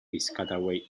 piscataway